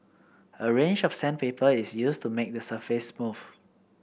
a range of sandpaper is used to make the surface smooth